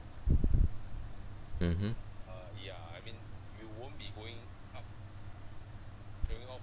mmhmm